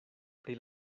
pri